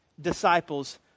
disciples